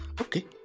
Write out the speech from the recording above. okay